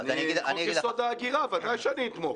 בחוק יסוד: ההגירה בוודאי שאני אתמוך.